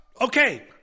Okay